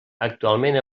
actualment